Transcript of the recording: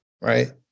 right